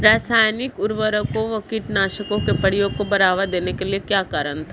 रासायनिक उर्वरकों व कीटनाशकों के प्रयोग को बढ़ावा देने का क्या कारण था?